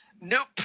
Nope